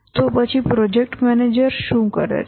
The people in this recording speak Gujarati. તો પછી પ્રોજેક્ટ મેનેજર શું કરે છે